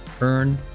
Earn